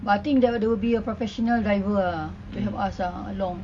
but I think there will there will be a professional diver ah with us ah along